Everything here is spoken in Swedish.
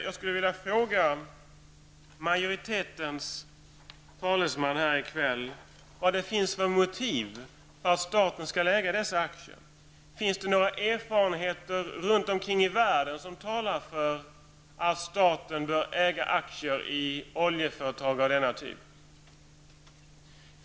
Jag skulle vilja fråga majoritetens talesman här i kammaren vad det finns för motiv till att staten skall äga dessa aktier. Finns det några erfarenheter runt omkring i världen som talar för att staten bör äga aktier i oljeföretag av denna typ?